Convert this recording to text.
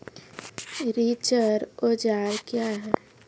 रिचर औजार क्या हैं?